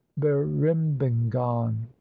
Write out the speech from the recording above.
Berimbangan